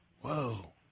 Whoa